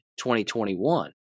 2021